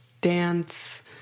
dance